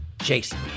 Jason